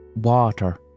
water